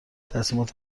تصمیمات